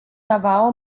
davao